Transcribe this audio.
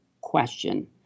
question